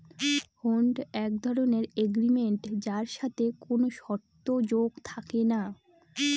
হুন্ড এক ধরনের এগ্রিমেন্ট যার সাথে কোনো শর্ত যোগ থাকে না